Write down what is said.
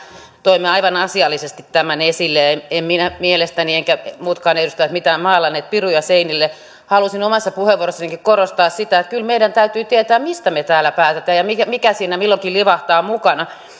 toimme aivan asiallisesti tämän esille en mielestäni minä maalannut eivätkä muutkaan edustajat maalanneet mitään piruja seinille halusin omassa puheenvuorossanikin korostaa sitä että kyllä meidän täytyy tietää mistä me täällä päätämme ja mikä mikä siinä milloinkin livahtaa mukana